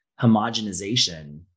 homogenization